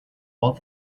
all